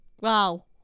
Wow